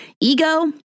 ego